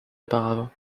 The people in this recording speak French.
auparavant